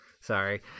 Sorry